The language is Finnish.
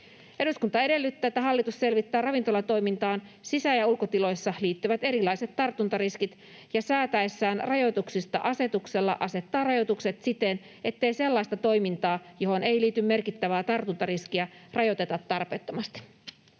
”Eduskunta edellyttää, että hallitus selvittää ravintolatoimintaan sisä- ja ulkotiloissa liittyvät erilaiset tartuntariskit ja säätäessään rajoituksista asetuksella asettaa rajoitukset siten, ettei sellaista toimintaa, johon ei liity merkittävää tartuntariskiä, rajoiteta tarpeettomasti.”